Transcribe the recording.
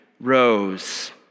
rose